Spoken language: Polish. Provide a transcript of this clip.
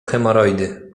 hemoroidy